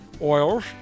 oils